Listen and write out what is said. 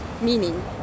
meaning